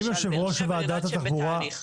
למשל באר שבע, אני יודעת שהם בתהליך.